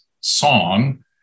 song